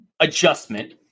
Adjustment